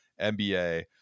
NBA